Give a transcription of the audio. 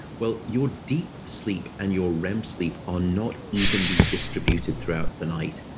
well, your deep sleep and your rem sleep are not evenly distributed throughout the night.